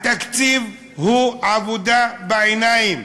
התקציב הוא עבודה בעיניים,